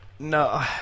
no